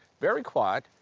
very quiet,